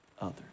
others